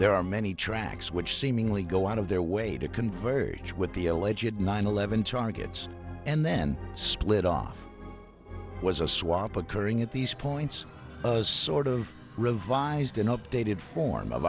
there are many tracks which seemingly go out of their way to converge with the allegedly nine eleven targets and then split off was a swap occurring at these points as sort of revised and updated for